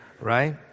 right